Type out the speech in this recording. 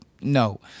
No